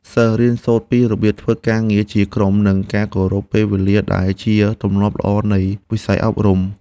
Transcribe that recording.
សិស្សរៀនសូត្រពីរបៀបធ្វើការងារជាក្រុមនិងការគោរពពេលវេលាដែលជាទម្លាប់ល្អនៃវិស័យអប់រំ។